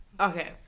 Okay